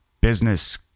business